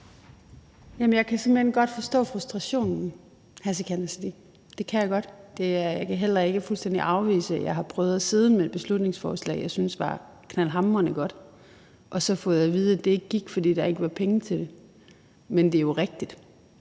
Det kan jeg godt. Jeg kan heller ikke fuldstændig afvise, at jeg har prøvet at sidde med et beslutningsforslag, jeg syntes var knaldhamrende godt, og så få at vide, at det ikke gik, fordi der ikke var penge til det. Men det er jo rigtigt.